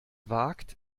wagt